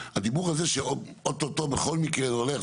דיון מספר 1,